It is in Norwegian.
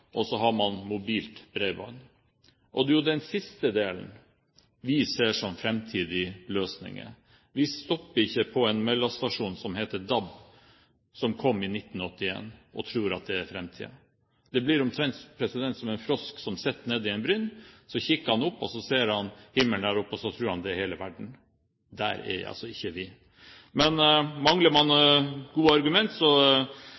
mobilt bredbånd, og det er den siste delen vi ser som den framtidige løsningen. Vi stopper ikke på en mellomstasjon som heter DAB, som kom i 1981, og tror at det er framtiden. Det blir omtrent som en frosk som sitter nede i en brønn. Så kikker han opp og ser himmelen der oppe og tror at det er hele verden. Der er altså ikke vi. Men mangler man gode argumenter, må man gjerne framføre det budskapet som posisjonen i denne salen har gjort. Så